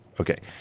Okay